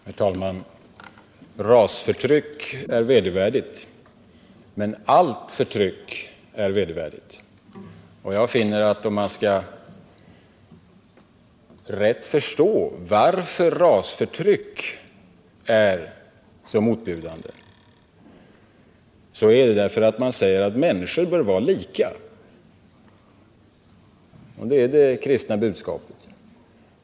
Herr talman! Rasförtryck är vedervärdigt, men allt förtryck är vedervärdigt. Jag finner att för att rätt förstå varför rasförtryck är så motbjudande måste man säga att människor bör vara lika — det är det kristna budskapet.